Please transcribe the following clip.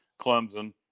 clemson